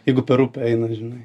jeigu per upę eina žinai